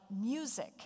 music